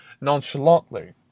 nonchalantly